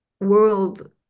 world